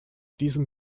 diesem